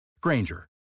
Granger